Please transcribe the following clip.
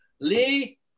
Lee